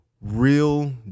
real